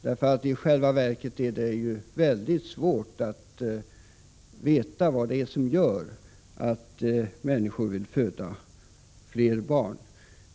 I själva verket är det mycket svårt att veta vad det är som gör att människor vill föda fler barn.